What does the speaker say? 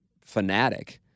fanatic